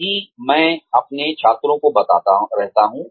यही मैं अपने छात्रों को बताता रहता हूं